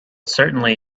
certainly